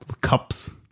cups